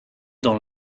dans